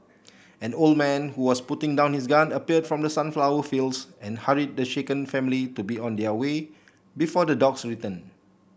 an old man who was putting down his gun appeared from the sunflower fields and hurried the shaken family to be on their way before the dogs return